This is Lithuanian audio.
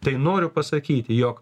tai noriu pasakyti jog